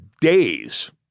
days